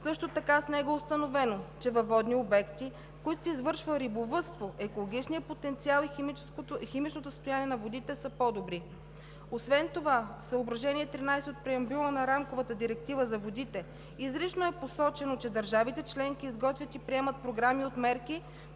Също така с него е установено, че във водни обекти, в които се извършва рибовъдство, екологичният потенциал и химичното състояние на водите са по-добри. Освен това в съображение 13 от преамбюла на Рамковата директива за водите изрично е посочено, че държавите членки изготвят и приемат програми от мерки